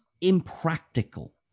impractical